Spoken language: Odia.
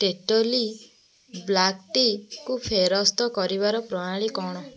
ଟେଟ୍ଲୀ ବ୍ଲାକ୍ଟିକୁ ଫେରସ୍ତ କରିବାର ପ୍ରଣାଳୀ କ'ଣ